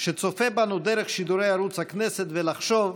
שצופה בנו דרך שידורי ערוץ הכנסת ולחשוב: